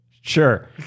Sure